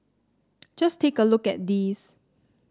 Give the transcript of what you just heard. just take a look at these